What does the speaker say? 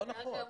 לא נכון.